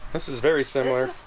this is very similar